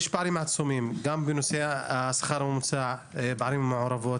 יש פערים עצומים גם בנושא השכר הממוצע בערים המעורבות: